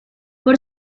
por